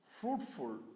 fruitful